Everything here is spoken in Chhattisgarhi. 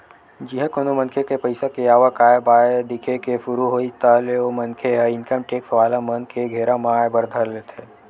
जिहाँ कोनो मनखे के पइसा के आवक आय बाय दिखे के सुरु होइस ताहले ओ मनखे ह इनकम टेक्स वाला मन के घेरा म आय बर धर लेथे